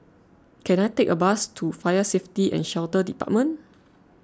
can I take a bus to Fire Safety and Shelter Department